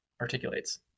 articulates